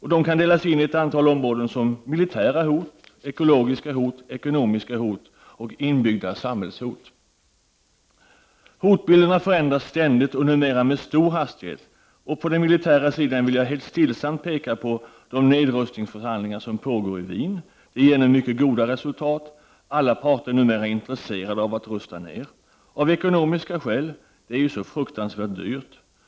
Hoten kan delas in i ett antal områden: Hotbilderna förändras ständigt och numera med stor hastighet. Vad gäller de militära hoten vill jag helt stillsamt peka på de nedrustningsförhandlingar som pågår i Wien. Dessa ger nu mycket goda resultat. Alla parter är numera intresserade av att rusta ner, inte minst av ekonomiska skäl eftersom det är så fruktansvärt dyrt att fortsätta att rusta upp.